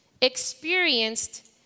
experienced